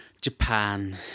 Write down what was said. Japan